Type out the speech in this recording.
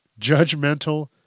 judgmental